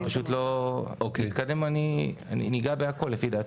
אני אתקדם ואגע בכול, לפי דעתי.